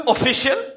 Official